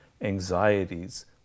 anxieties